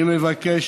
אני מבקש,